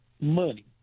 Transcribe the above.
Money